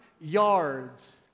yards